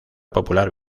popular